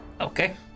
Okay